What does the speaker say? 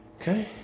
Okay